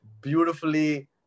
beautifully